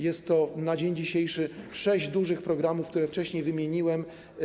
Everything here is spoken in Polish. Jest to na dzień dzisiejszy sześć dużych programów, które wcześniej wymieniłem.